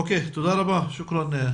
אוקיי, תודה רבה, שוקראן.